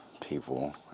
people